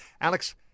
Alex